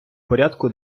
порядку